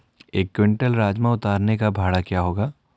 एक क्विंटल राजमा उतारने का भाड़ा क्या होगा?